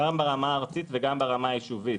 גם ברמה הארצית וגם ברמה היישובית.